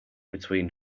between